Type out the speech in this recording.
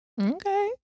Okay